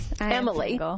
Emily